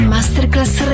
Masterclass